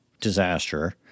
disaster